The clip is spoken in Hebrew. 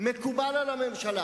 מקובל על הממשלה,